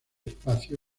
espacio